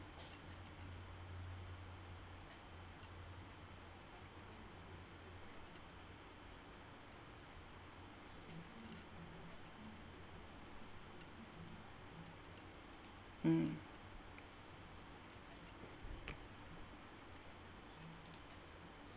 mm